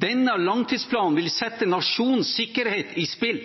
denne langtidsplanen vil sette nasjonens sikkerhet i spill.